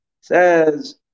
says